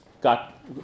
got